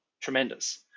tremendous